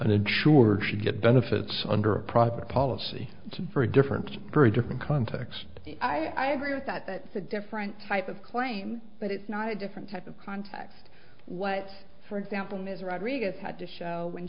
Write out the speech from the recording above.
an insurer should get benefits under a proper policy for a different very different context i agree with that that's a different type of claim but it's not a different type of context what for example ms rodriguez had to show when